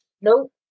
Nope